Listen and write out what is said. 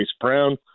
Brown